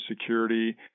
Security